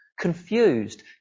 confused